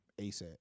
ASAP